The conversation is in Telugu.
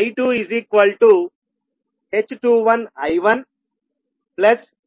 I2h21I1h22V2